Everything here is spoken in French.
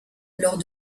lors